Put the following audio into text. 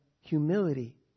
humility